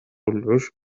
العشب